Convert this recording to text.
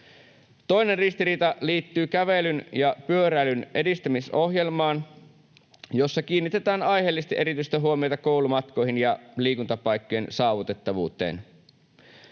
Toinen ristiriita liittyy kävelyn ja pyöräilyn edistämisohjelmaan, jossa kiinnitetään aiheellisesti erityistä huomiota koulumatkoihin ja liikuntapaikkojen saavutettavuuteen.